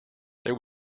there